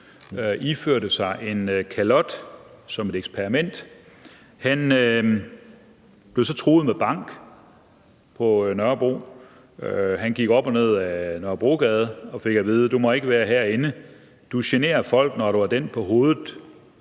iførte sig en kalot og så blev truet med bank på Nørrebro. Han gik op og ned ad Nørrebrogade og fik at vide: Du må ikke være herinde, du generer folk, når du har den på hovedet.